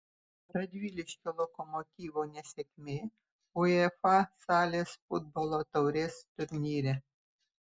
radviliškio lokomotyvo nesėkmė uefa salės futbolo taurės turnyre